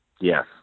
Yes